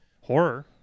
horror